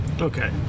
Okay